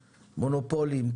מונופולים,